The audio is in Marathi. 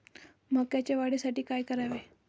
मकाच्या वाढीसाठी काय करावे?